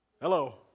Hello